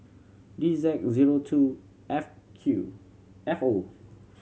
D Z zero two F Q F O